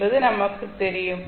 என்பது நமக்கு தெரியும்